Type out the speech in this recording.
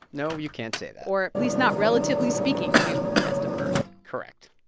no, you can't say that or at least not relatively speaking to the rest of earth correct.